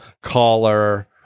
caller